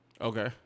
Okay